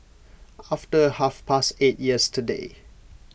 after half past eight yesterday